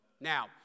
Now